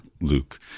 Luke